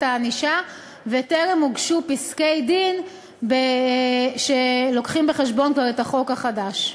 הענישה וטרם הוגשו פסקי-דין שכבר מביאים בחשבון את החוק החדש.